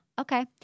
Okay